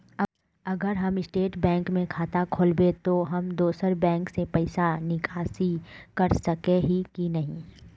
अगर हम State Bank में खाता खोलबे तो हम दोसर बैंक से पैसा निकासी कर सके ही की नहीं?